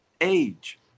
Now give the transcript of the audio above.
age